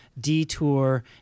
detour